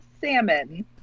Salmon